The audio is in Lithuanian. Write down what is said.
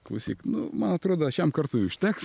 klausyk nu man atrodo šiam kartui užteks